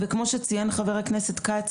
וכמו שציין חבר הכנסת כץ,